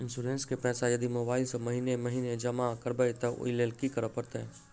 Insurance केँ पैसा यदि मोबाइल सँ महीने महीने जमा करबैई तऽ ओई लैल की करऽ परतै?